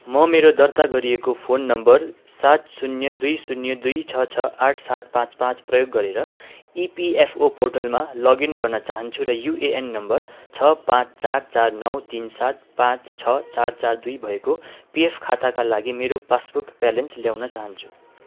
म मेरो दर्ता गरिएको फोन नम्बर सात शून्य दुई शून्य दुई छ छ आठ सात पाँच पाँच प्रयोग गरेर इपिएफओ पोर्टलमा लगइन गर्न चहान्छु र युएएन नम्बर छ पाँच चार चार नौ तिन सात पाँच छ चार चार दुई भएको पिएफ खाताका लागि मेरो पासबुक ब्यालेन्स ल्याउन चहान्छु